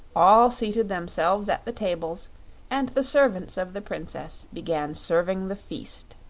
all seated themselves at the tables and the servants of the princess began serving the feast.